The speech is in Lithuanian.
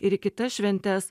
ir į kitas šventes